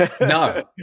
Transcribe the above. No